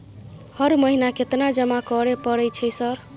हर महीना केतना जमा करे परय छै सर?